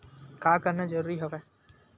का करना जरूरी हवय?